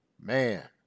man